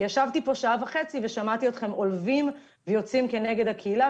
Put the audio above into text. כי ישבתי פה שעה וחצי ושמעתי אתכם עולבים ויוצאים נגד הקהילה.